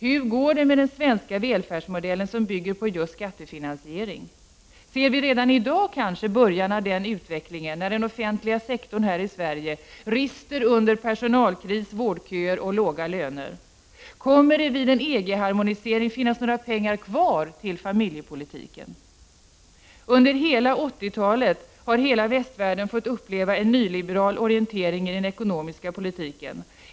Hur går det med den svenska välfärdsmodellen som bygger på skattefinansiering? Ser vi redan i dag kanske början av den utvecklingen, när den offentliga sektorn här i Sverige rister under personalkris, vårdköer och låga löner? Kommer det vid en EG-harmonisering att finnas några pengar kvar till familjepolitiken? Under hela 80-talet har hela västvärlden fått uppleva en nyliberal orientering i den ekonomiska politiken.